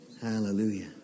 Hallelujah